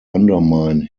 undermine